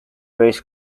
race